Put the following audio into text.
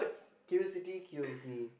curiosity kills me